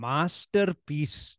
Masterpiece